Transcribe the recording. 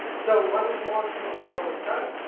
so, one more thing before we're done.